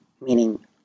meaning